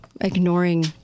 ignoring